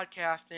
podcasting